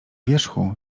wierzchu